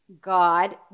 god